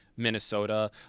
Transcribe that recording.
Minnesota